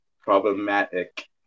problematic